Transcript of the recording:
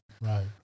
Right